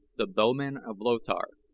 the bowman of lothar.